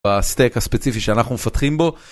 בסטייק הספציפי שאנחנו מפתחים בו